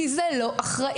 אלא כי זה לא אחראי.